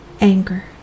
anger